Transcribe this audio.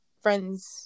friend's